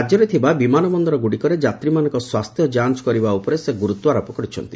ରାଜ୍ୟରେ ଥିବା ବିମାନବନ୍ଦରଗୁଡ଼ିକରେ ଯାତ୍ରୀମାନଙ୍କ ସ୍ୱାସ୍ଥ୍ୟ ଯାଞ୍ଚ କରିବା ଉପରେ ସେ ଗୁରୁତ୍ୱାରୋପ କରିଛନ୍ତି